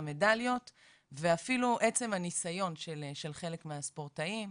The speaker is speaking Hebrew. המדליות ואפילו עצם הניסיון של חלק מהספורטאים.